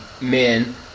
men